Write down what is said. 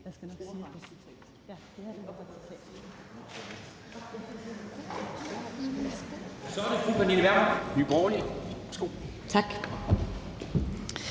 Tak.